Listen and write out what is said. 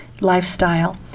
lifestyle